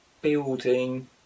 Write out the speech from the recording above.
building